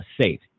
safe